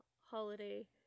holiday